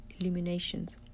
illuminations